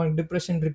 depression